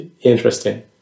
interesting